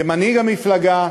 כמנהיג המפלגה,